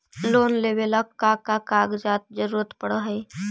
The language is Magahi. लोन लेवेला का का कागजात जरूरत पड़ हइ?